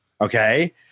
Okay